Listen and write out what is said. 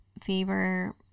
Fever